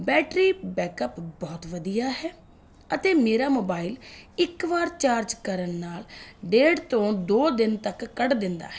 battery backup ਬਹੁਤ ਵਧੀਆ ਹੈ ਅਤੇ ਮੇਰਾ ਮੋਬਾਈਲ ਇੱਕ ਵਾਰ ਚਾਰਜ ਕਰਨ ਨਾਲ ਡੇਡ ਤੋਂ ਦੋ ਦਿਨ ਤੱਕ ਕੱਢ ਦਿੰਦਾ ਹੈ